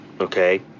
okay